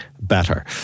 better